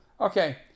Okay